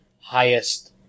highest